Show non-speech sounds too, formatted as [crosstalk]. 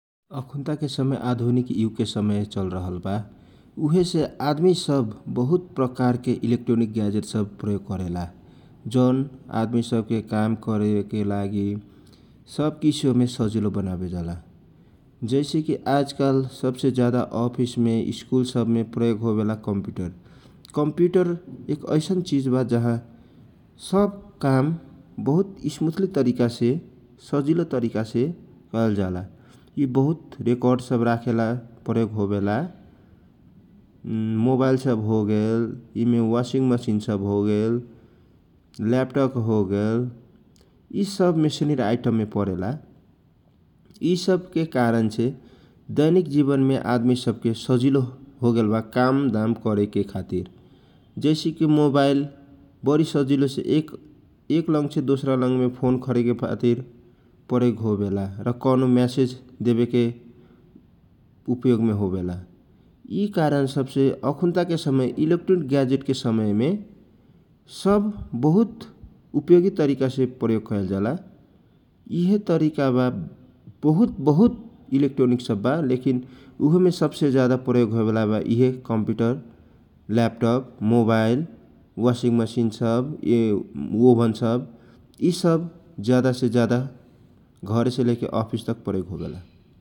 अखुनताके समय आधुनिक युगके समय चल रहल बाउहेसे आदमी सब बहुत प्रकार के इलेक्ट्रोनिक ग्याजेट सब प्रयोग करेला जौन आदमी सबके काम करेके लागि सब किसियो मे सजिलो बनबेजाला जैसे कि आजकल सव से ज्यादा अफिस सबने, स्कूल सबने प्रयोग कम्प्युटर, कम्प्यूटर एक ऐसन चिज वा सब काम बहुत स्मुथली सजिलो तरीकासे कैयजाला । यि बहुत रेकड्र सब राखेला प्रयोग होवेला । [hesitation] मोबाइल सब होगेला, यि ने वासिङ्ग मेसिन सव होगेल, ल्याटप सब होगेल यी सब मेसिनरी आइटम ने परेला । चि सब के कारण से दैनिक जिबने आदमी सब के सजिलो होगेल वा कामधाम करेके खातिर जैसेकि मोबाइल वरी सहिलोसे एक एक लङ्ग से दोसरा लङ्गमे फोन करेके खातिर प्रयोग होवेला । कौनो मेसेज देवेके उपयोगमे घेवेला यी कारणसेसबसे अखुनता समय ईलेक्ट्रोनिक ग्याजेटके समय मे सब बहुत उपयोगी तरीका से प्रयोग कैयल जाला । यि हे तरीका बा बहुत बहुत इलेक्ट्रोनिक सब वां लेकिन उहोमे सबसे ज्यादा प्रयोग होएबाला वा यि हे computer, laptop, mobile, washing machine सब ओभन सब यि सब ज्यादा से ज्यादा घरेसे ले के अफिस तक प्रयोग होवेला ।